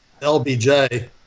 LBJ